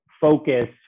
focus